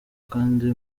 kandi